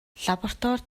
лабораторид